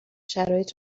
شرایط